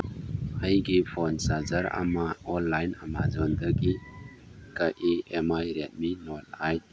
ꯑꯩꯒꯤ phone charger ꯑꯃ online ꯑꯦꯃꯥꯖꯣꯟꯗꯒꯤ ꯀꯛꯏ ꯑꯦꯝ ꯃꯥꯏ ꯔꯦꯠꯃꯤ ꯅꯣꯠ ꯑꯥꯏꯠ